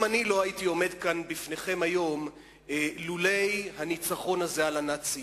גם אני לא הייתי עומד כאן לפניכם היום לולא הניצחון הזה על הנאצים.